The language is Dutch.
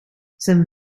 zijn